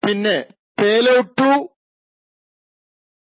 പിന്നെ payload 2 payload 2